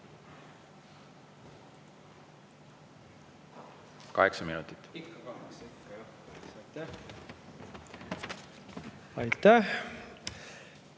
Kaheksa minutit.